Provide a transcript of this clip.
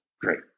great